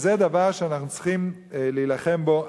וזה דבר שאנחנו צריכים להילחם בו.